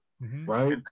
Right